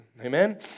Amen